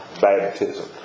baptism